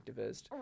activist